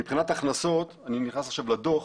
מבחינת הכנסות, אני נכנס עכשיו לדו"ח,